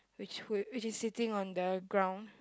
which who which is sitting on the ground